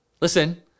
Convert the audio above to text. listen